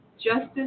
Justice